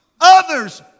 Others